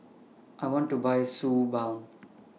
I want to Buy Suu Balm